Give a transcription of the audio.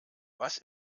was